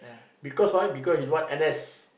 because why because he don't want N_S